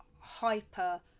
hyper